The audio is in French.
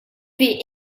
fait